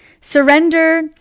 Surrender